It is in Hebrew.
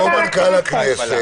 כמו מנכ"ל הכנסת,